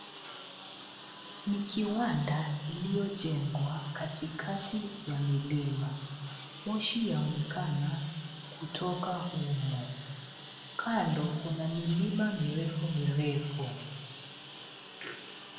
Ni kiwanda iliyojengwa katikati ya milima. Moshi yaonekana kutoka humo. Kando kuna milima mirefu mirefu.